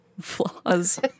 flaws